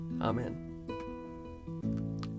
Amen